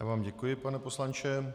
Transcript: Já vám děkuji, pane poslanče.